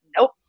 Nope